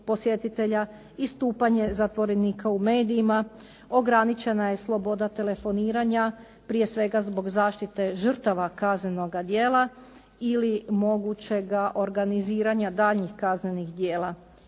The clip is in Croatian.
istupanje zatvorenika u medijima. Ograničena je sloboda telefoniranja, prije svega zbog zaštite žrtava kaznenoga djela ili mogućega organiziranja daljnjih kaznenih djela